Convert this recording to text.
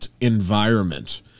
environment